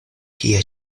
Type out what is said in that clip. kie